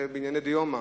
וזה בענייני דיומא.